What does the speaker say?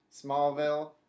Smallville